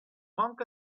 monk